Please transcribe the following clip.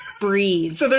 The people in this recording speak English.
breathe